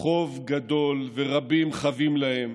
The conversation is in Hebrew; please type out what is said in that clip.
חוב גדול, ורבים חבים להם